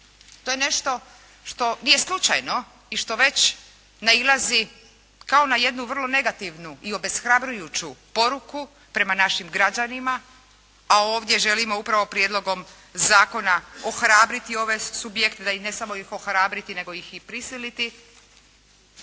To je nešto što nije slučajno i što već nailazi kao na jednu vrlo negativnu i obeshrabrujuću poruku prema našim građanima, a ovdje želimo upravo prijedlogom zakona ohrabriti ove subjekte, ne samo ih ohrabriti, nego ih i prisiliti